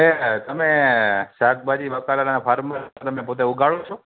એ તમે શાકભાજી બકાલાના ફાર્મે તમે પોતે ઉગાડો છો